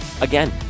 again